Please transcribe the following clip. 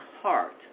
heart